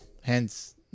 Hence